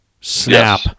snap